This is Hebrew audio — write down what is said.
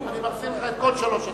אני מחזיר לך את כל שלוש הדקות,